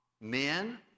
Men